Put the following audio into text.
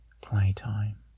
playtime